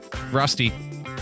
Rusty